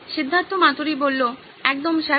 সিদ্ধার্থ মাতুরি একদম স্যার